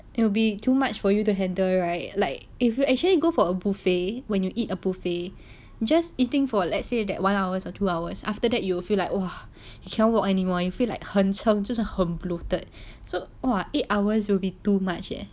it'll be too much for you to handle right like if you actually go for a buffet when you eat a buffet just eating for let's say that one hour or two hours after that you will feel like !wow! cannot walk anymore you feel like 很撑真的很 bloated so !wow! eight hours will be too much eh